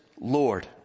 Lord